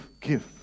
give